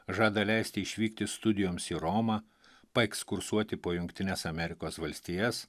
žada leisti išvykti studijoms į romą paekskursuoti po jungtines amerikos valstijas